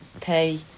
pay